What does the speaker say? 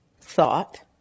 thought